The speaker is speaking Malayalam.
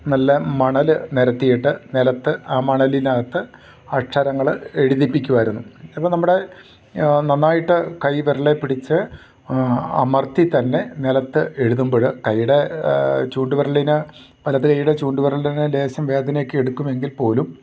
നല്ല മണൽ നിരത്തിയിട്ട് നിലത്ത് ആ മണലിനകത്ത് അക്ഷരങ്ങൾ എഴുതിപ്പിക്കുമായിരുന്നു അപ്പം നമ്മുടെ നന്നായിട്ട് കൈ വിരലിൽ പിടിച്ച് അമർത്തിത്തന്നെ നിലത്ത് എഴുതുമ്പോൾ കൈയ്യുടെ ചൂണ്ട് വിരലിന് വലതു കയ്യുടെ ചൂണ്ട് വിരലിനെ ലേശം വേദനയൊക്കെ എടുക്കുമെങ്കിൽ പോലും